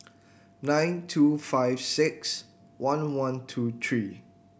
nine two five six one one two three